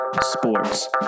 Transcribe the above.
Sports